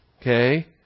okay